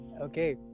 Okay